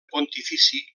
pontifici